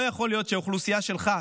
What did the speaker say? לא יכול להיות שהאוכלוסייה שלך,